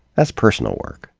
that's personal work.